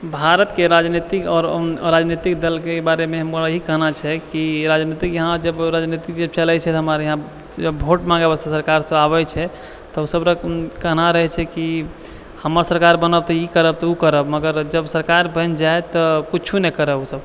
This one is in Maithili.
भारतके राजनीतिक आओर अराजनीतिक दलके बारेमे हमरा ई कहना छै कि राजनीतिक यहाँ जब राजनीतिक जे चलै छै हमरा यहॉँ वोट माँगै वास्ते सरकार सब आबै छै तऽ ओकरा सभके कहना रहै छै कि हमर सरकार बनत तऽ ई करब तऽ ओ करब मगर जब सरकार बनि जाइए किछु नहि करत ओ सब